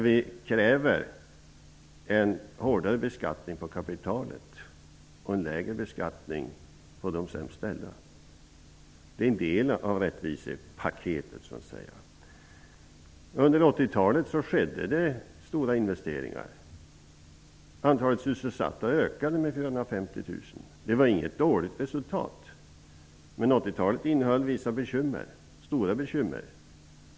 Vi kräver en hårdare beskattning av kapital och en lägre beskattning av de sämst ställda. Det är en del av rättvisepaketet. Under 80-talet skedde stora investeringar. Antalet sysselsatta ökade med 450 000. Det var inget dåligt resultat. Men 80-talet medförde också vissa bekymmer, stora bekymmer.